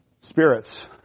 spirits